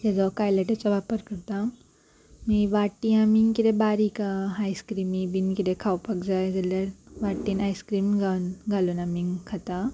ते कायलात्याचो वापर करता वाटी आमी कितें बारीक आयस्क्रिमी बी कितें खावपाक जाय जाल्यार वाटीन आयस्क्रीम घालून घालून आमी खाता